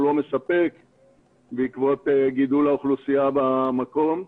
לא מספק בעקבות גידול האוכלוסייה במקום.